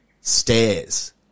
stairs